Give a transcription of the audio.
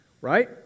Right